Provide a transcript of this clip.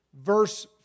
verse